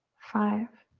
five,